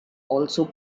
also